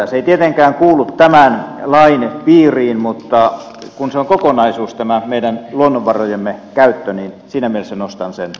se ei tietenkään kuulu tämän lain piiriin mutta kun se on kokonaisuus tämä meidän luonnonvarojemme käyttö niin siinä mielessä nostan sen esiin